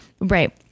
Right